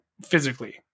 physically